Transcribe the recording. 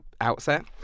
outset